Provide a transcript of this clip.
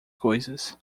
coisas